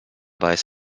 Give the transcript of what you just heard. weiß